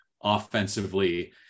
offensively